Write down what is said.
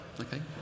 Okay